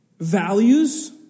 values